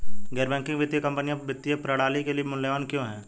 गैर बैंकिंग वित्तीय कंपनियाँ वित्तीय प्रणाली के लिए मूल्यवान क्यों हैं?